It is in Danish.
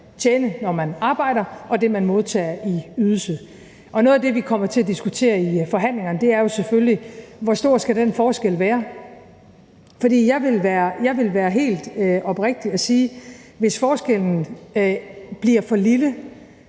tjene, når man arbejder, og det, man modtager i ydelse. Og noget af det, vi kommer til at diskutere i forhandlingerne, er selvfølgelig, hvor stor den forskel skal være. For jeg vil være helt oprigtig og sige, at hvis forskellen bliver for lille,